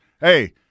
Hey